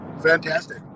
Fantastic